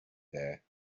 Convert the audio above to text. there